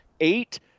eight